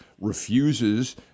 refuses